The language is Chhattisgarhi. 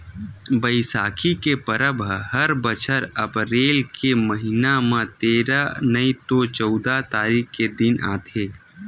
बइसाखी के परब ह हर बछर अपरेल के महिना म तेरा नइ ते चउदा तारीख के दिन आथे